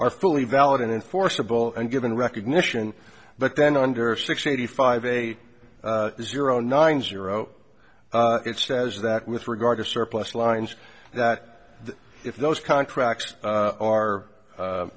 are fully valid and enforceable and given recognition but then under six eighty five eight zero nine zero it says that with regard to surplus lines that if those contracts are